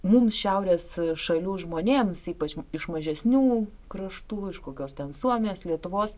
mum šiaurės šalių žmonėms ypač iš mažesnių kraštų iš kokios ten suomijos lietuvos